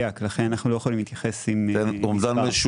כן, כרגיל, חולי סרטן, יש לנו מלא זמן.